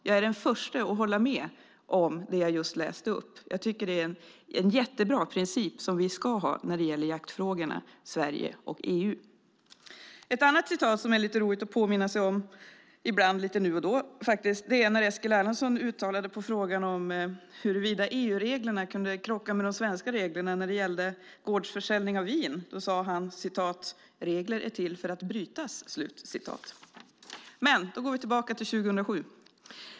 Jag är den första att hålla med om det som jag just läste upp. Jag tycker att det är en mycket bra princip som vi ska ha när det gäller jaktfrågorna, Sverige och EU. Ett annat citat som det är lite roligt att påminna sig om ibland är när Eskil Erlandsson på frågan om huruvida EU-reglerna kunde krocka med de svenska reglerna när det gällde gårdsförsäljning av vin uttalade att "regler är till för att brytas". Jag går tillbaka till 2007.